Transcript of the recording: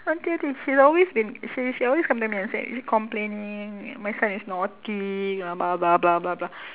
she'll always been she she always come near me and said keep complaining my my son is naughty you know blah blah blah blah blah